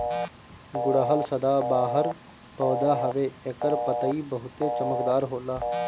गुड़हल सदाबाहर पौधा हवे एकर पतइ बहुते चमकदार होला